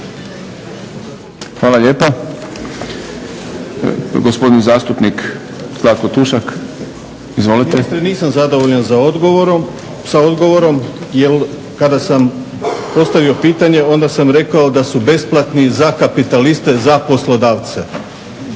(Hrvatski laburisti - Stranka rada)** Ministre nisam zadovoljan sa odgovorom jer kada sam postavio pitanje onda sam rekao da su besplatni za kapitaliste, za poslodavce.